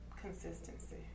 Consistency